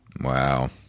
Wow